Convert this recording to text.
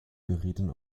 gerieten